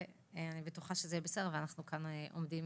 אני בטוחה שזה יהיה בסדר, אנחנו כאן עומדים